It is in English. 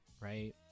right